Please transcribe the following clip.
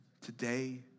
today